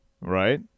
right